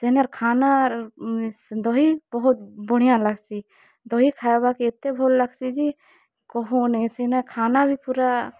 ସେନର୍ ଖାନା ଆର୍ ଦହି ବହୁତ୍ ବଢ଼ିଆ ଲାଗ୍ସି ଦହି ଖାଏବାକେ ଏତେ ଭଲ୍ ଲାଗ୍ସି ଯେ କହୋ ନାଇଁ ସେନେ ଖାନା ବି ପୁରା